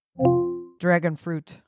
Dragonfruit